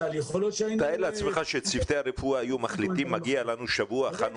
תאר לעצמך שצוותי הרפואה היו מחליטים שמגיע להם שבוע חופש